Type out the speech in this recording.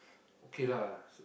okay lah